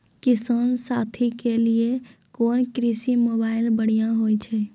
किसान साथी के लिए कोन कृषि मोबाइल बढ़िया होय छै?